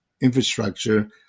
infrastructure